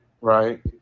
Right